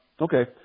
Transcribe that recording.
Okay